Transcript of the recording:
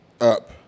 up